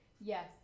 Yes